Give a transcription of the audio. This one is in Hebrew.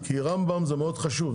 כי רמב"ם זה מאוד חשוב.